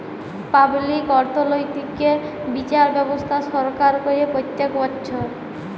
public অর্থনৈতিক্যে বিচার ব্যবস্থা সরকার করে প্রত্যক বচ্ছর